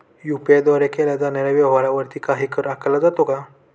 UPI द्वारे केल्या जाणाऱ्या व्यवहारावरती काही कर आकारला जातो का?